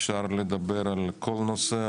אפשר לדבר על כל נושא,